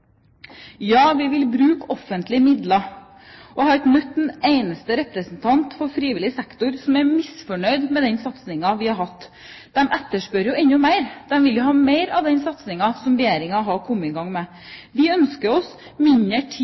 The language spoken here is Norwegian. Ja, vi vil bruke offentlige midler. Jeg har ikke møtt en eneste representant for frivillig sektor som er misfornøyd med den satsingen vi har hatt. De etterspør jo enda mer. De vil ha mer av den satsingen som Regjeringen har kommet i gang med. Vi ønsker å bruke mindre tid